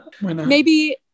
maybe-